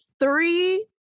three